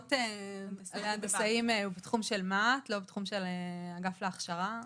הכשרות הנדסאים הן בתחום של מה"ט (המכון הממשלתי להכשרה טכנולוגית).